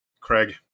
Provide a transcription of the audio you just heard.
Craig